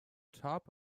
top